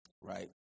Right